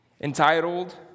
entitled